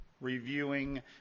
reviewing